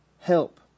help